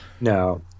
No